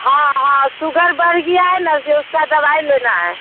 हाँ हाँ सुगर बढ़ गया है ना जो उसका दवाई लेना है